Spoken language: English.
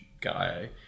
guy